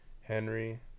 Henry